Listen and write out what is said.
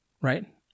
right